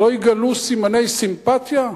שלא יראו סימני סימפתיה?